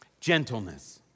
Gentleness